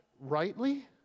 rightly